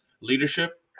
leadership